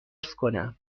کنم